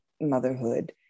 motherhood